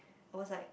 I was like